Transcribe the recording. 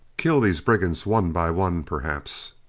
kill these brigands one by one, perhaps.